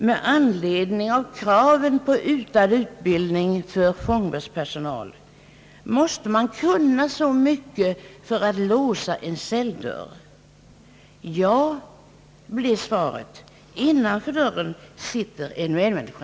På tal om kravet om ökad utbildning för fångvårdspersonal har någon frågat: Måste man kunna så mycket för att låsa en celldörr? Ja, blir svaret, innanför dörren sitter en människa.